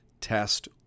test